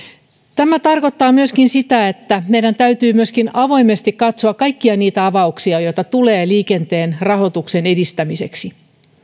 tämä tarkoittaa myöskin sitä että meidän täytyy avoimesti katsoa kaikkia niitä avauksia joita tulee liikenteen rahoituksen edistämiseksi